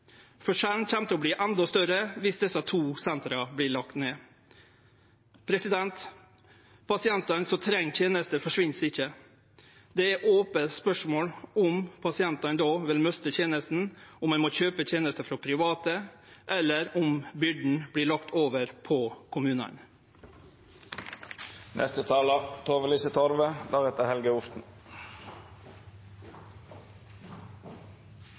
Midt-Noreg. Forskjellen kjem til å verte endå større viss desse to sentra vert lagde ned. Pasientane som treng tenester, forsvinn ikkje. Det er eit ope spørsmål om pasientane då vil misse tenesta, og om ein må kjøpe tenester frå private, eller om byrda vert lagd over på